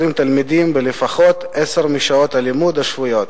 תלמידים בלפחות עשר משעות הלימוד השבועיות.